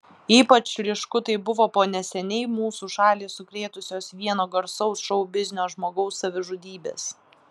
ypač ryšku tai buvo po neseniai mūsų šalį sukrėtusios vieno garsaus šou biznio žmogaus savižudybės